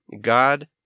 God